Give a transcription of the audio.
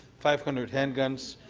five hundred handguns,